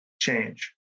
change